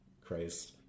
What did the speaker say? Christ